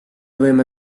võime